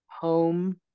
home